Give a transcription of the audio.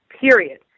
Period